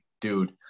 dude